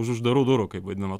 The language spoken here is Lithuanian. už uždarų durų kaip vadinama